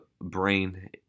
brain